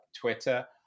twitter